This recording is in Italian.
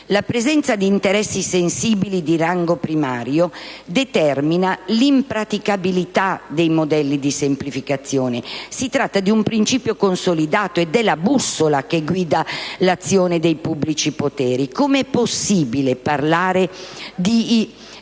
La presenza di interessi sensibili di rango primario determina l'impraticabilità dei modelli di semplificazione. Si tratta di un principio consolidato ed è la bussola che guida l'azione dei pubblici poteri. Come è possibile parlare di